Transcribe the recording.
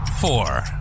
four